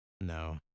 No